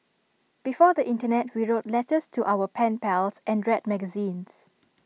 before the Internet we wrote letters to our pen pals and read magazines